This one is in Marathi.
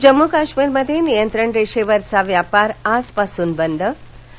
जम्मू काश्मीरमध्ये नियंत्रणरेषेवरचा व्यापार आज पासून बंद आणि